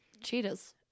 cheetahs